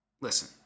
Listen